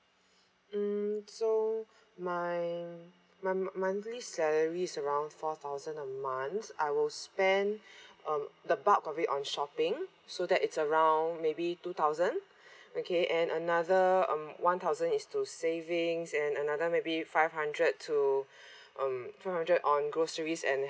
mm so my my monthly salary is around four thousand a month I will spend um the bulk of it on shopping so that is around maybe two thousand okay and another um one thousand is to savings and another maybe five hundred to um five hundred on groceries and